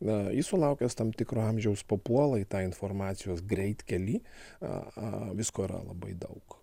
na jis sulaukęs tam tikro amžiaus papuola į tą informacijos greitkelį a visko yra labai daug